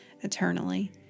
eternally